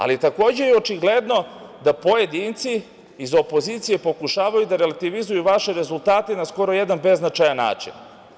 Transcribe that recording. Ali, takođe, je očigledno da pojedinci iz opozicije pokušavaju da relativizuju vaše rezultate na skoro beznačajan način.